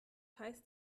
heißt